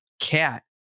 cat